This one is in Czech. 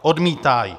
Odmítá ji.